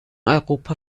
europa